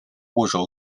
部首